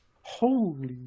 holy